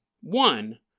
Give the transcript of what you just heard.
One